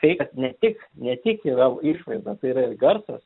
feikas ne tik ne tik yra išvaizda tai yra ir garsas